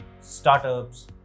startups